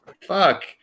fuck